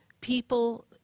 people